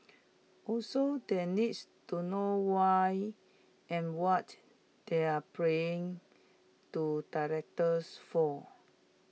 also they needs to know why and what they are praying to directors for